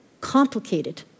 complicated